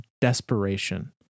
desperation